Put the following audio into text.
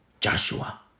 Joshua